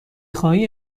خواهی